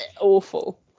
awful